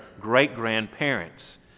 great-grandparents